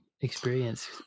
experience